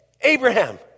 Abraham